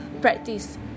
practice